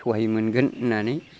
सहाय मोनगोन होननानै